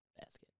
basket